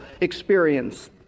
experience